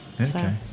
Okay